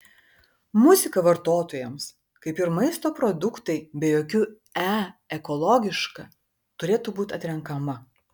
muzika vartotojams kaip ir maisto produktai be jokių e ekologiška turėtų būti atrenkama